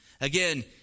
Again